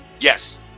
Yes